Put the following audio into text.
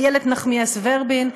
איילת נחמיאס ורבין,